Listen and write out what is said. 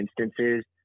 instances